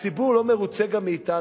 הציבור לא מרוצה גם מאתנו.